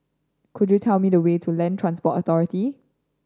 could you tell me the way to Land Transport Authority